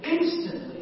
instantly